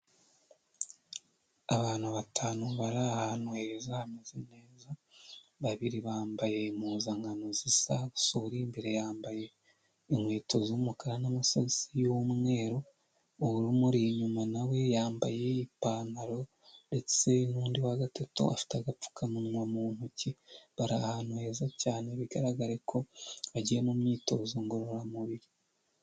Abantu batanu bari ahantu heza hameze neza, babiri bambaye impuzankano zisa, uri imbere yambaye inkweto z'umukara n'amasogisi y'umweru, umuri inyuma nawe yambaye ipantaro ndetse n'undi wa gatatu afite agapfukamunwa mu ntoki bari ahantu heza cyane bigaragare ko agiye mu myitozo ngororamubiri.